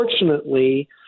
unfortunately